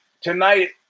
tonight